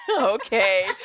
Okay